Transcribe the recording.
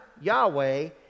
Yahweh